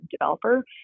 developer